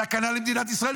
סכנה למדינת ישראל,